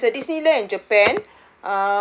there's a disneyland in japan